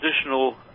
additional